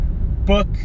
book